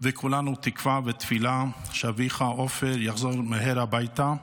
וכולנו תקווה ותפילה שאביך עופר יחזור מהר הביתה -- אמן.